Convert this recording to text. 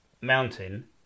mountain